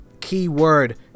Keyword